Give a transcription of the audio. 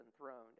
enthroned